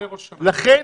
לכן,